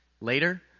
Later